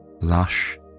Lush